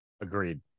Agreed